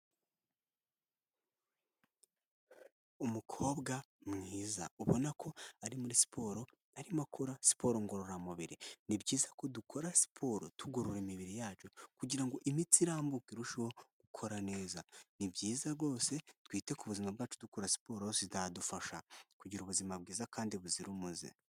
Umukobwa mwiza ubona ko ari muri siporo arimo akora siporo ngororamubiri. Ni byiza ko dukora siporo tugorora imibiri yacu kugira ngo imitsi irambuke irusheho gukora neza. Ni byiza rwose twite ku buzima bwacu dukora siporo zizadufasha kugira ubuzima bwiza kandi buzira umuze.